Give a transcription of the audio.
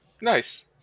Nice